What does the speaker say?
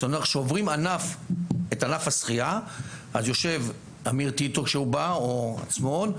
עוברים על ענף השחייה אז יושב אמיר טיטו או עצמון,